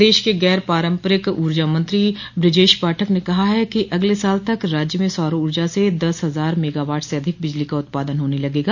प्रदेश के गैर पारम्परिक ऊर्जा मंत्री बृजेश पाठक ने कहा है कि अगले साल तक राज्य में सौर ऊर्जा से दस हजार से मेगावाट से अधिक बिजली का उत्पादन होने लगेगा